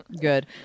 good